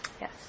Yes